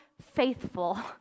faithful